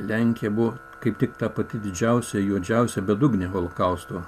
lenkija buvo kaip tik ta pati didžiausia juodžiausia bedugnė holokausto